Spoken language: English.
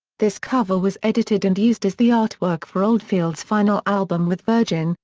this cover was edited and used as the artwork for oldfield's final album with virgin,